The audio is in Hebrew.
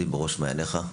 עומדים בראש מעייניך.